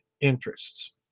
interests